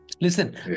Listen